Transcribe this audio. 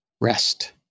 Rest